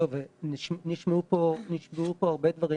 נשמעו פה הרבה דברים,